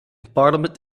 parliament